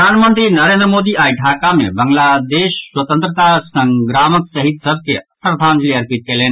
प्रधानमंत्री नरेन्द्र मोदी आई ढाका मे बांग्लादेश स्वतंत्रता संग्रामक शहीद सभ के श्रद्धांजलि अर्पित कयलनि